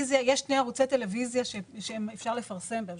יש שני ערוצי טלוויזיה שאפשר לפרסם בהם